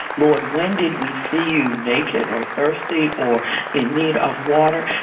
lord when did we see you naked or thirsty or in need of water?